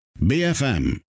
BFM